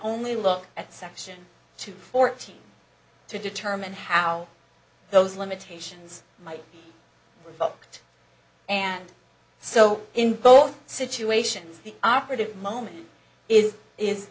only look at section two fourteen to determine how those limitations might revoked and so in both situations the operative moment is is